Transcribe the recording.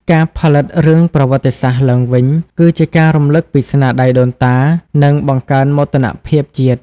ការផលិតរឿងប្រវត្តិសាស្ត្រឡើងវិញ គឺជាការរំលឹកពីស្នាដៃដូនតា និងបង្កើនមោទនភាពជាតិ។